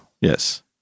Yes